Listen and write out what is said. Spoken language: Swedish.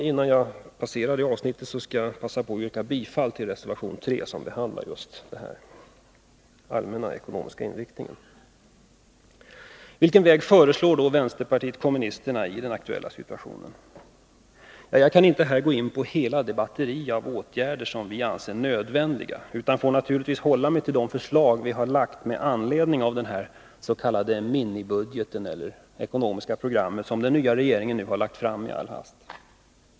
Innan jag lämnar detta avsnitt skall jag passa på att yrka bifall till reservation 3, som behandlar just de allmänna riktlinjerna för den ekonomiska politiken. Vilken väg föreslår då vänsterpartiet kommunisterna i den aktuella situationen? Jag kan här inte gå in på hela det batteri av åtgärder som vi anser nödvändigt utan får naturligtvis hålla mig till de förslag som vi har lagt fram med anledning av den s.k. minibudgeten och det ekonomiska program som den nya regeringen har lagt fram i all hast.